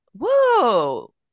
whoa